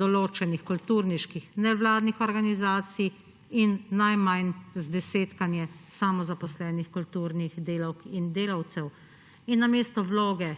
določenih kulturniških nevladnih organizacij in najmanj zdesetkanje samozaposlenih kulturnih delavk in delavcev. Namesto vloge